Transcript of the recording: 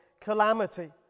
calamity